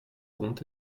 contes